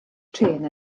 trên